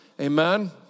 Amen